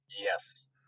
Yes